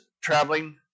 traveling